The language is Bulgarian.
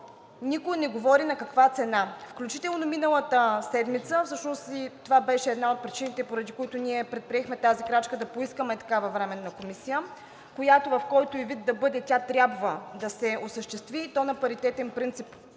никой не говори на каква цена. Включително миналата седмица – всъщност това беше една от причините, поради които ние предприехме тази крачка – да поискаме такава временна комисия, която в който и вид да бъде, тя трябва да се осъществи, и то на паритетен принцип